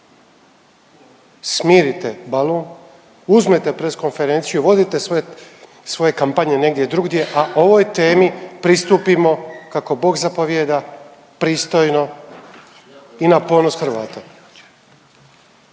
smirite balun, uzmete press konferenciju vodite svoje kampanje negdje drugdje, a ovoj temi pristupimo kako Bog zapovijeda pristojno i na ponos Hrvata